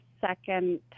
second